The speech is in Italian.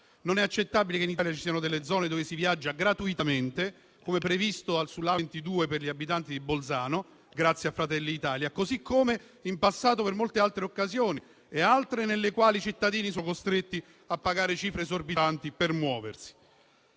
Non è accettabile che in Italia ci siano delle zone dove si viaggia gratuitamente, come previsto per la A22 per gli abitanti di Bolzano, grazie a Fratelli d'Italia, così come in passato per molte altre occasioni, e altre nelle quali i cittadini sono costretti a pagare cifre esorbitanti per muoversi,